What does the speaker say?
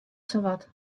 sawat